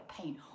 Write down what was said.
pain